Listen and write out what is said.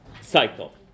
cycle